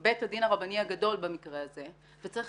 בית הדין הרבני הגדול במקרה הזה וצריך